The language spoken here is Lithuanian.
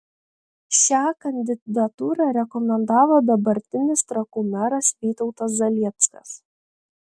šią kandidatūrą rekomendavo dabartinis trakų meras vytautas zalieckas